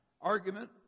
argument